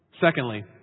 secondly